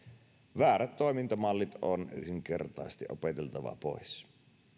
väärät toimintamallit on yksinkertaisesti opeteltava pois